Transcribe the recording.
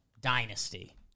dynasty